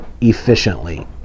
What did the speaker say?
efficiently